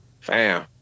Fam